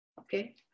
Okay